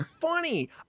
funny